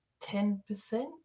10%